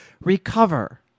recover